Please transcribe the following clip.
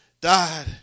Died